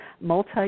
multi